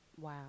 Wow